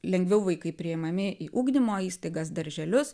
lengviau vaikai priimami į ugdymo įstaigas darželius